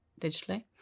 digitally